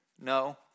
No